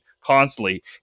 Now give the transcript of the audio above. constantly